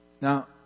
Now